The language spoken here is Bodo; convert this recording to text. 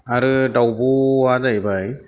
आरो दाउब'वा जाहैबाय